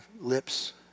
lips